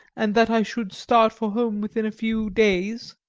and that i should start for home within a few days,